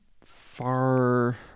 far